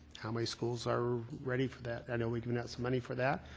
how many schools are ready for that? i know we've given out some money for that.